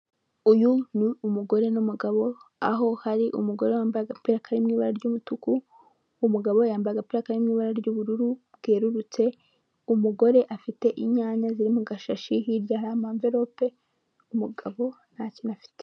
Uyu ni umugore n'umugabo aho hari umugore wambaye agapira kari m'ibara ry'umutuku umugabo yamba agapira kari m'ibara ry'ubururu bwerurutse umugore afite inyanya ziri mu gashashi hirya ya amvirope umugabo nta kintu afite.